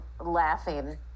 laughing